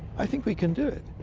i think we can do it.